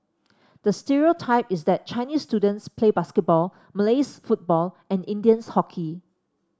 the stereotype is that Chinese students play basketball Malays football and Indians hockey